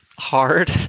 Hard